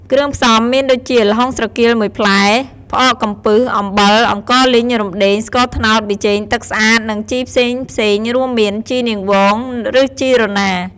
គ្រឿងផ្សំមានដូចជា ល្ហុងស្រគាល ១ ផ្លែ ផ្អកកំពឹស អំបិល អង្ករលីង រំដេង ស្ករត្នោត ប៊ីចេង ទឹកស្អាត និងជីផ្សេងៗ រួមមាន ជីនាងវង ឬជីរណារ។